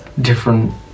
different